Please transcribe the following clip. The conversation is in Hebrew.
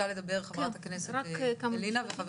חברת הכנסת אלינה ביקשה לדבר,